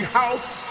house